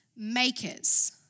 Makers